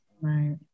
right